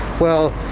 well,